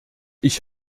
ich